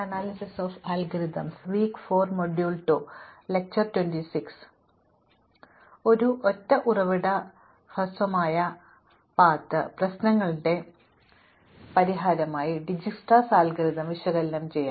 അതിനാൽ ഒരൊറ്റ ഉറവിട ഹ്രസ്വമായ പാത്ത് പ്രശ്നത്തിനായുള്ള ഡിജക്സ്ട്രയുടെ അൽഗോരിതംDijkstra's algorithm വിശകലനം ചെയ്യാം